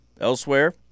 elsewhere